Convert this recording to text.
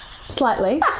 Slightly